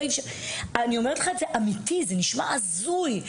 זה נשמע הזוי.